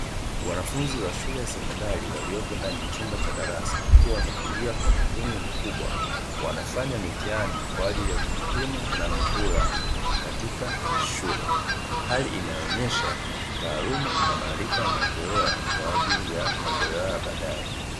Wanafunzi wa shule ya sekondari waliopo ndani ya chumba cha darasa, wakiwa wametulia kwa makini mkubwa, wanafanya mitihani kwa ajili ya kujipima na mihula katika shule. Hali inaonyesha taaluma na maarifa yanayotolewa kwa ajili ya maendeleo ya baadaye.